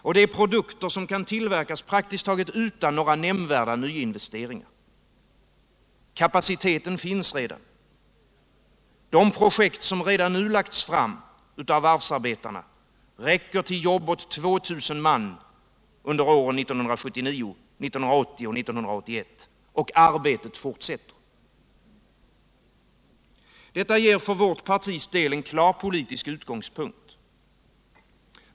Det är produkter som kan tillverkas praktiskt taget utan några nämnvärda nyinvesteringar. Kapaciteten finns redan. Det projekt som redan nu lagts fram av varvsarbetarna räcker till jobb åt 2 000 man under åren 1979, 1980 och 1981. Och arbetet fortsätter. Detta ger för vårt partis del en klar politisk utgångspunkt.